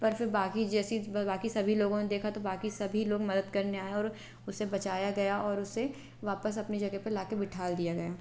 पर फिर बाक़ी जैसे ही बाक़ी सभी लोगों ने देखा तो बाक़ी सभी लोग मदद करने आए और उसे बचाया गया और उसे वापस अपनी जगह पर ला कर बिठाल दिया गया